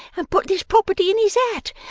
and put this property in his hat.